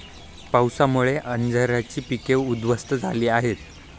पावसामुळे अंजीराची पिके उध्वस्त झाली आहेत